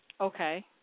Okay